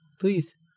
Please